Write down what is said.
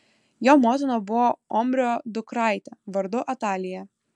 jo motina buvo omrio dukraitė vardu atalija